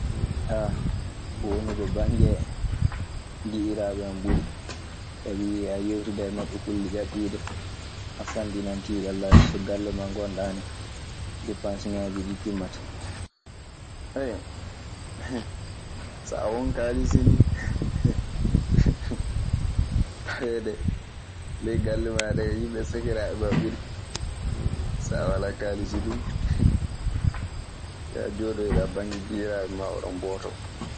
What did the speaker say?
wonude bange giƴiraaɓe an ɓuri. Sabi a yewtidan e maɓɓe kulle ƴaɓɓiide, a fanɗinan tiiɗallaaji. So galle maa ngonɗaa ne, deppaasiŋaaji ɗii timmataa. So a won kaalisi nii taweede ley galle maaɗa e yimɓe sakiraaɓe maa ɓuri. Saa walaa kaalisi du, njahaa njooɗoyɗaa bannge giƴiraaɓe maa, oɗon mbawta.